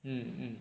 mm mm